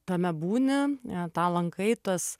tame būni tą lankai tas